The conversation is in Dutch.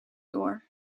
door